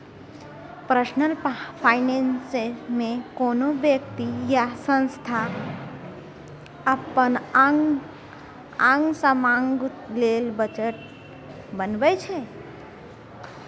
personal finance मे कोनो बेकती या संस्था अपन आंग समांग लेल बजट बनबै छै